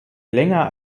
länger